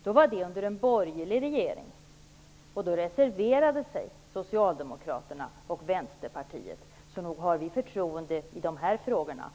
skedde det under en borgerlig regering. Då reserverade sig Socialdemokraterna och Vänsterpartiet, så nog har vi förtroende i dessa frågor.